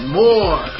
more